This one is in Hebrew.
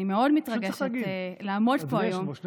אני מאוד מתרגשת לעמוד פה היום.